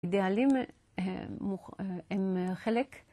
אידאלים הם חלק.